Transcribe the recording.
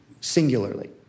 singularly